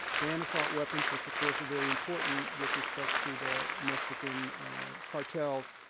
ban assault weapons, which, of course, are very important with respect to the mexican cartels.